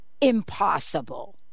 impossible